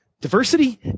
diversity